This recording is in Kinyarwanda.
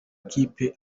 makipe